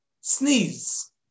sneeze